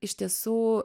iš tiesų